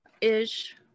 Ish